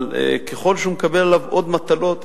אבל ככל שהוא מקבל עליו עוד מטלות,